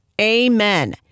Amen